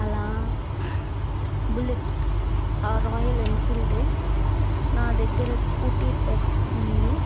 అలా bullet royal ఎన్ఫీల్డే నా దగ్గర స్కూటీ పెప్ ఉంది